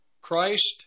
Christ